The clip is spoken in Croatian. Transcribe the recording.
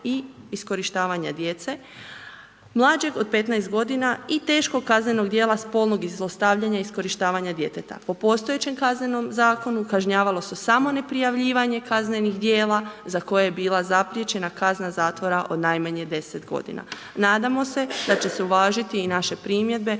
i iskorištavanja djece mlađeg od 15 godina i teškog kaznenog djela spolnog zlostavljanja i iskorištavanja djeteta. Po postojećem kaznenom zakonu, kažnjavalo se samo neprijavljivanje kaznenih dijela, za koje je bilo zapriječena kazna zatvora od najmanje 10 g. Nadamo se da će se uvažiti i naše primjedbe